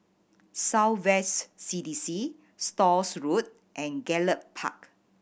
South West C D C Stores Road and Gallop Park